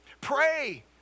Pray